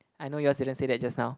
I know yours didn't say that just now